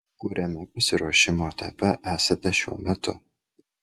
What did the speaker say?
kuriame pasiruošimo etape esate šiuo metu